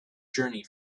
journey